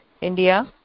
India